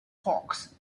hawks